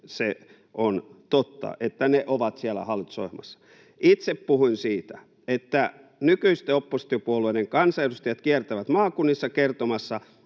on totta, että ne ovat siellä hallitusohjelmassa. Itse puhuin siitä, että nykyisten oppositiopuolueiden kansanedustajat kiertävät maakunnissa kertomassa,